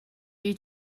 due